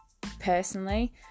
personally